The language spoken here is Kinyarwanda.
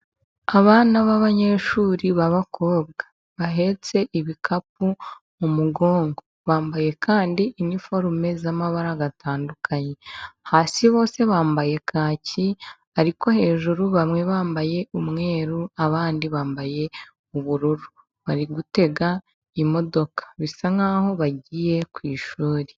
Abana b'abanyeshuri b'abakobwa bahetse ibikapu mu mugongo, bambaye kandi inforume z'amabara atandukanye, hasi bose bambaye kaki, ariko hejuru bamwe bambaye umweru, abandi bambaye ubururu, bari gutega imodoka, bisa nk'aho bagiye ku ishuri.